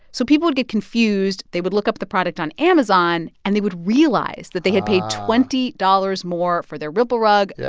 so people would get confused. they would look up the product on amazon, and they would realize that they had paid twenty dollars more for their ripple rug. yeah